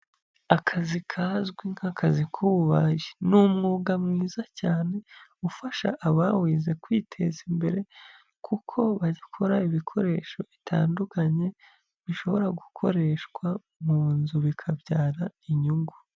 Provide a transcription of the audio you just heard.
Akazi kazwi nk'akazi k'uburayi. Ni umwuga mwiza cyane ufasha abawize kwiteza imbere kuko bazikora ibikoresho bitandukanye bishobora gukoreshwa mu nzu bikabyara inyungu.